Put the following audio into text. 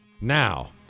Now